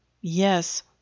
Yes